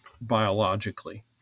biologically